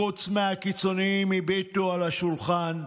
חוץ מהקיצוניים, הביטו על השולחן,